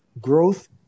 Growth